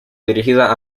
dirigida